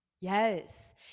Yes